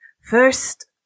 first